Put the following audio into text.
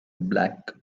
black